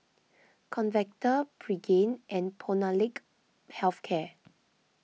Convatec Pregain and Molnylcke Health Care